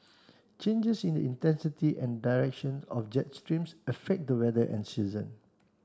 changes in the intensity and direction of jet streams affect the weather and season